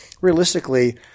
realistically